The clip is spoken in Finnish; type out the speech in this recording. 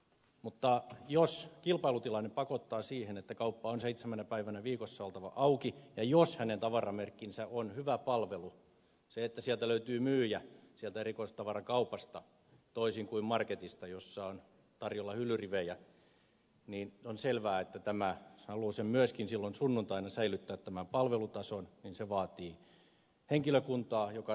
mutta jos kilpailutilanne pakottaa siihen että kaupan on seitsemänä päivänä viikossa oltava auki ja jos kauppiaan tavaramerkkinä on hyvä palvelu se että löytyy myyjä sieltä erikoistavarakaupasta toisin kuin marketista jossa on tarjolla hyllyrivejä niin on selvää että jos hän haluaa myöskin sunnuntaina säilyttää tämän palvelutason niin se vaatii henkilökuntaa joka nostaa kustannuksia